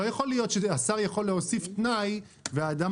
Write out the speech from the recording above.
לא יכול להיות שהשר יכול להוסיף תנאי והאדם